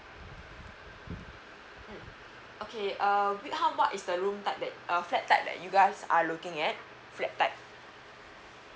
mm okay uh with how much is the room type that uh flat type you guys are looking at flat type